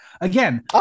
Again